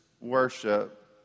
worship